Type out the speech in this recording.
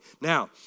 Now